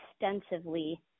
extensively